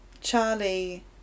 Charlie